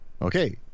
okay